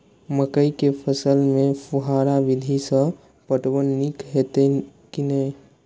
मकई के फसल में फुहारा विधि स पटवन नीक हेतै की नै?